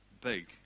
big